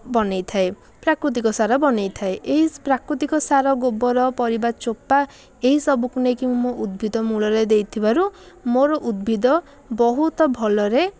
ବନେଇଥାଏ ପ୍ରାକୃତିକ ସାର ବନେଇଥାଏ ଏଇ ପ୍ରାକୃତିକ ସାର ଗୋବର ପରିବା ଚୋପା ଏହି ସବୁକୁ ନେଇକି ମୁଁ ଉଦ୍ଭିଦ ମୂଳରେ ଦେଇଥିବାରୁ ମୋର ଉଦ୍ଭିଦ ବହୁତ ଭଲରେ